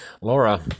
Laura